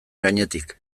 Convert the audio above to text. gainetik